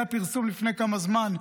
היה פרסום לפני כמה זמן,